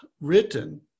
written